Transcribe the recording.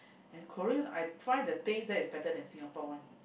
and Korea I find the taste there is better than Singapore one